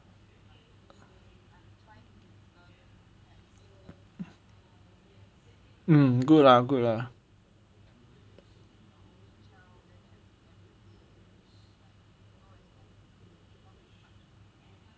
mm good lah good lah